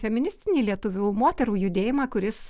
feministinį lietuvių moterų judėjimą kuris